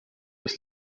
des